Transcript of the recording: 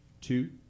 two